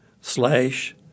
slash